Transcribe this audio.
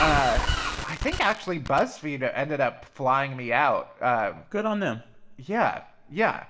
i i think, actually, buzzfeed ah ended up flying me out good on them yeah. yeah.